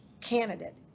candidate